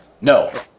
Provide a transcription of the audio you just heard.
no